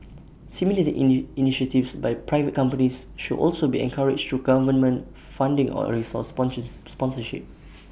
similar initiatives by private companies should also be encouraged through government funding or resource sponsors sponsorship